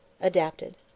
Adapted